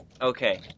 Okay